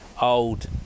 old